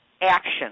action